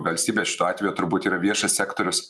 valstybė šituo atveju turbūt yra viešas sektorius